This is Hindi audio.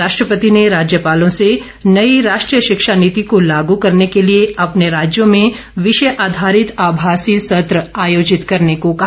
राष्ट्रपति ने राज्यपालों से नई राष्ट्रीय शिक्षा नीति को लागू करने के लिए अपने राज्यों में विषय आधारित आभासी सत्र आयोजित करने को कहा